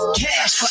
cash